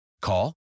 Call